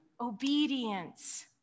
obedience